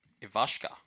Ivashka